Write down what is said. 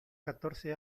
catorce